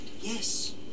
Yes